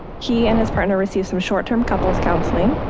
he and his partner received some short term couples counseling.